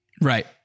Right